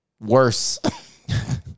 Worse